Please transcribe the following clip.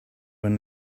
when